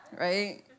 Right